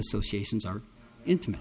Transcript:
associations are intimate